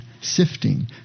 sifting